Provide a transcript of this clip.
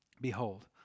Behold